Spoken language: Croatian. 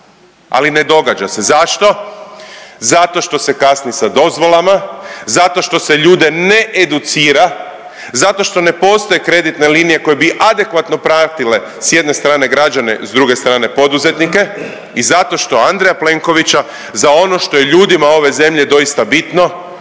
Ali ne događa se? Zašto? Zato što se kasni sa dozvolama, zato što se ljude ne educira, zato što ne postoje kreditne linije koje bi adekvatno pratile sa jedne strane građane, sa druge strane poduzetnike i zato što Andreja Plenkovića za ono što je ljudima ove zemlje doista bitno